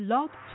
Love